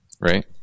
right